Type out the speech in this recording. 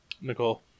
Nicole